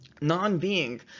non-being